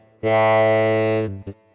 dead